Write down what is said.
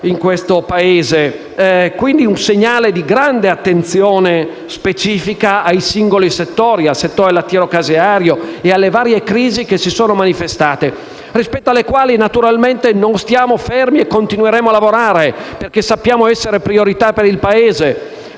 in questo Paese. È un segnale di grande attenzione specifica ai singoli settori, al settore lattiero-caseario e alle varie crisi manifestatesi, rispetto alle quali non stiamo fermi e continueremo a lavorare perché sappiamo essere priorità per il Paese.